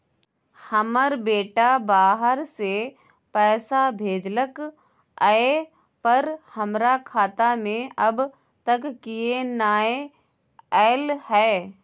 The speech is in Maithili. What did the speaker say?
हमर बेटा बाहर से पैसा भेजलक एय पर हमरा खाता में अब तक किये नाय ऐल है?